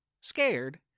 scared